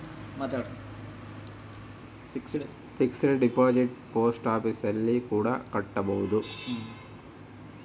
fixed deposit post office ಅಲ್ಲಿ ಕೂಡ ಕಟ್ಬೋದು